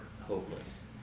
hopeless